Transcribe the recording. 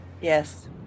Yes